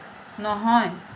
নহয়